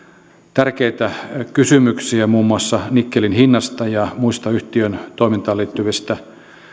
tärkeitä kysymyksiä muun muassa nikkelin hinnasta ja muista yhtiön toimintaan liittyvistä